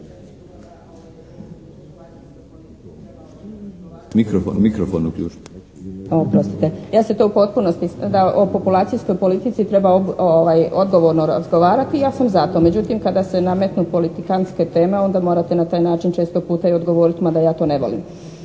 **Lelić, Ruža (HDZ)** Oprostite. Ja se to u potpunosti, da o populacijskoj politici treba odgovorno razgovarati i ja sam za to. Međutim kada se nametnu politikantske teme onda morate na taj način često puta i odgovoriti mada ja to ne volim.